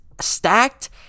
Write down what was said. stacked